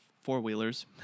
four-wheelers